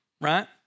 right